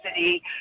city